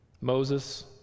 Moses